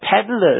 peddlers